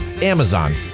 Amazon